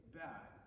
bad